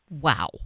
Wow